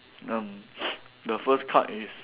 um the first card is